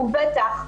ובטח,